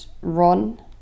Run